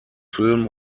filmen